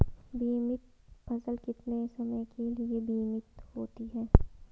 बीमित फसल कितने समय के लिए बीमित होती है?